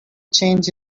change